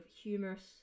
humorous